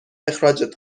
اخراجت